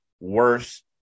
worse